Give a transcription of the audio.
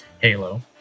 Halo